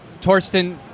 Torsten